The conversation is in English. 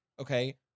Okay